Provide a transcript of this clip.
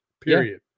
period